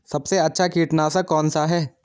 सबसे अच्छा कीटनाशक कौनसा है?